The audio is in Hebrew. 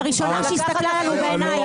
את לא מסתכלת להורים בעיניים.